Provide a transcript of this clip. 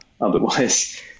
Otherwise